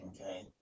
Okay